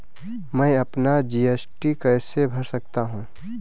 मैं अपना जी.एस.टी कैसे भर सकता हूँ?